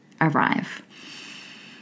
arrive